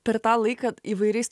per tą laiką įvairiais